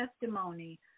testimony